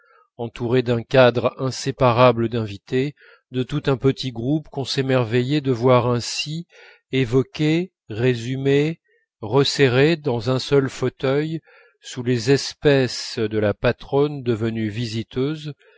entourée d'un cadre inséparable d'invités de tout un petit groupe qu'on s'émerveillait de voir ainsi évoqué résumé resserré dans un seul fauteuil sous les espèces de la patronne devenue visiteuse